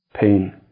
pain